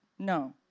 No